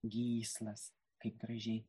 gyslas kaip gražiai